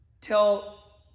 tell